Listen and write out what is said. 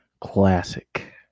classic